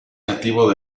nativo